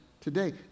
today